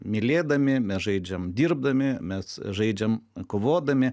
mylėdami mes žaidžiame dirbdami mes žaidžiam kovodami